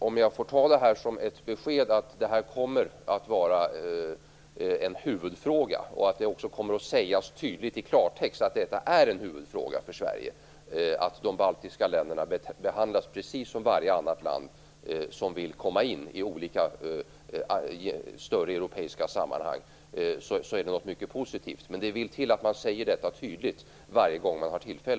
Om jag får ta detta som ett besked att det här kommer att vara en huvudfråga, och att det också kommer att sägas tydligt i klartext att det är en huvudfråga för Sverige att de baltiska länderna behandlas precis som varje annat land som vill komma in i olika större europeiska sammanhang, så är det mycket positivt. Men det vill till att man säger detta tydligt varje gång man har tillfälle.